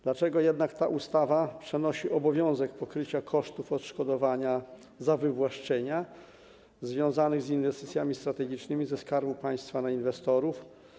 Dlaczego jednak ta ustawa przenosi obowiązek pokrycia kosztów odszkodowania za wywłaszczenia związane z inwestycjami strategicznymi ze Skarbu Państwa na inwestorów?